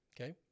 Okay